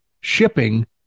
shipping